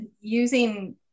using